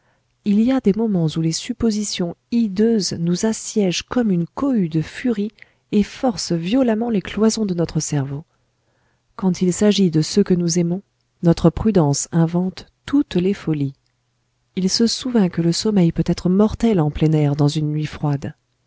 il y a des moments où les suppositions hideuses nous assiègent comme une cohue de furies et forcent violemment les cloisons de notre cerveau quand il s'agit de ceux que nous aimons notre prudence invente toutes les folies il se souvint que le sommeil peut être mortel en plein air dans une nuit froide